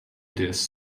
this